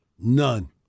None